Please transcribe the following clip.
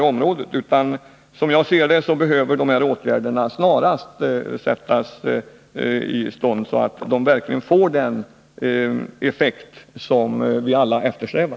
Enligt min mening bör åtgärderna vidtas snarast, så att de får den effekt som vi alla eftersträvar.